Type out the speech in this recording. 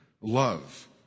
love